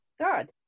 God